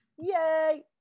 yay